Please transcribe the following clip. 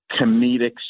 comedic